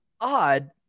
odd